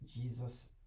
jesus